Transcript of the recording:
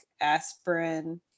aspirin